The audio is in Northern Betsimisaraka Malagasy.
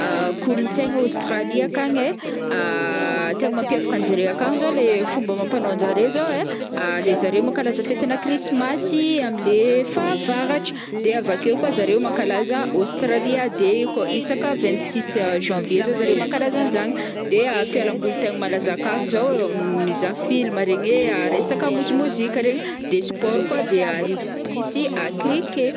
Kolontsaigna Aostralia akagny ai, tegna mampiavaka anjare akagny zao le fomba amampanô njare zao ai, le zare mankalaza fetina krisimasy ii amile fahavaratra, de avakeo koa zare mankalaza Aostralia day io kô isaka vingt six janvier zao zare mankalaza zagny, de fialamboly tegna malaza akagny zao mizaha film regny ai resaka mozimozika regny, de sport koa de rugby sy cricket.